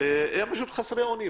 הם חסרי אונים.